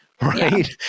right